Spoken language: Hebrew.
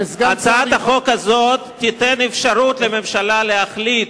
שסגן שר הצעת החוק הזאת תיתן אפשרות לממשלה להחליט,